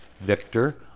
Victor